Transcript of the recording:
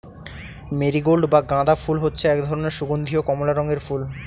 marigold বা গাঁদা ফুল হচ্ছে এক ধরনের সুগন্ধীয় কমলা রঙের ফুল